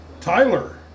Tyler